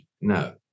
no